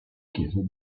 chiesa